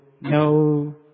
No